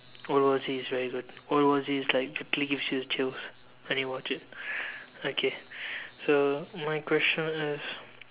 world war Z is very good world war Z is like literally gives you the chills when you watch it okay so my question is